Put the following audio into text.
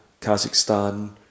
Kazakhstan